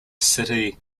city